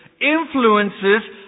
influences